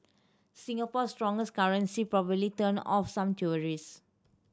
Singapore stronger currency probably turned off some tourist